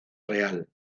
real